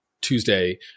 Tuesday